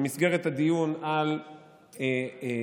במסגרת הדיון על האי-אמון,